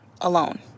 alone